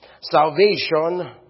Salvation